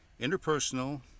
interpersonal